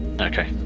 Okay